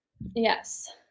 Yes